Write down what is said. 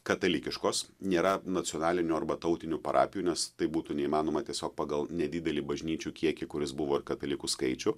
katalikiškos nėra nacionalinių arba tautinių parapijų nes tai būtų neįmanoma tiesiog pagal nedidelį bažnyčių kiekį kuris buvo ir katalikų skaičių